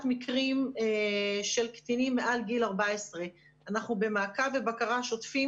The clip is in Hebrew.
מקרים של קטינים מעל גיל 14. אנחנו במעקב ובקרה שוטפים.